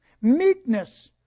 meekness